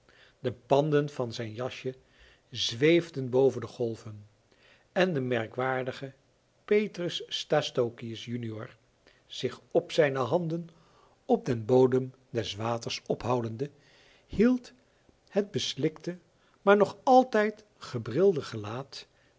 de panden van zijn jasje zweefden boven de golven en de merkwaardige petrus stastokius junior zich op zijne handen op den bodem des waters ophoudende hield het beslikte maar nog altijd gebrilde gelaat